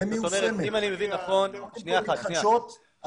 אין בעיה של סמכות ואחריות.